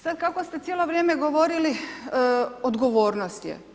Sada kako ste cijelo vrijeme govorili odgovornost je.